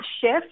shift